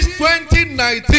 2019